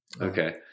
Okay